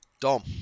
Dom